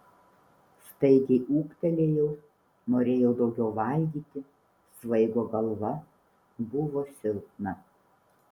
staigiai ūgtelėjau norėjau daugiau valgyti svaigo galva buvo silpna